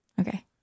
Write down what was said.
Okay